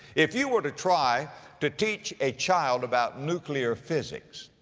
if you were to try to teach a child about nuclear physics,